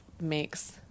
makes